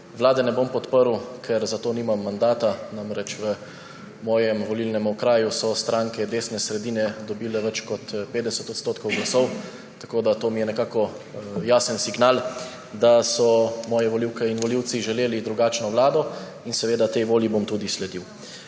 vlade ne bom podprl, ker za to nimam mandata. Namreč, v mojem volilnem okraju so stranke desne sredine dobile več kot 50 % glasov. To mi je nekako jasen signal, da so moje volivke in volivci želeli drugačno vlado, in tej volji bom tudi sledil.